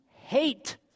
hate